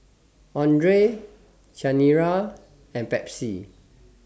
Andre Chanira and Pepsi